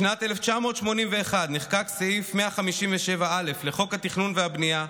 בשנת 1981 נחקק סעיף 157א לחוק התכנון והבנייה,